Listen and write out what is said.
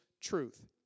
truth